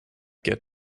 get